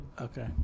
Okay